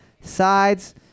sides